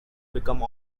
become